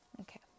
Okay